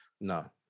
No